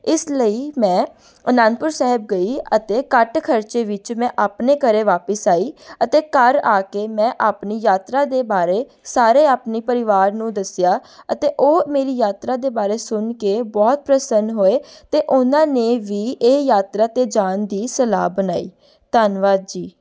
ਇਸ ਲਈ ਮੈਂ ਅਨੰਦਪੁਰ ਸਾਹਿਬ ਗਈ ਅਤੇ ਘੱਟ ਖਰਚੇ ਵਿੱਚ ਮੈਂ ਆਪਣੇ ਘਰ ਵਾਪਿਸ ਆਈ ਅਤੇ ਘਰ ਆ ਕੇ ਮੈਂ ਆਪਣੀ ਯਾਤਰਾ ਦੇ ਬਾਰੇ ਸਾਰੇ ਆਪਣੇ ਪਰਿਵਾਰ ਨੂੰ ਦੱਸਿਆ ਅਤੇ ਉਹ ਮੇਰੀ ਯਾਤਰਾ ਦੇ ਬਾਰੇ ਸੁਣ ਕੇ ਬਹੁਤ ਪ੍ਰਸੰਨ ਹੋਏ ਅਤੇ ਉਹਨਾਂ ਨੇ ਵੀ ਇਹ ਯਾਤਰਾ 'ਤੇ ਜਾਣ ਦੀ ਸਲਾਹ ਬਣਾਈ ਧੰਨਵਾਦ ਜੀ